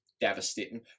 devastating